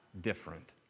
different